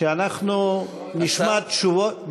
שאנחנו נשמע תשובות.